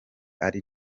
ari